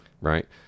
Right